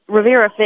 Rivera